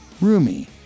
Roomy